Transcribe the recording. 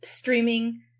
streaming